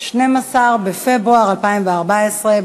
12 בפברואר 2014,